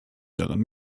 daran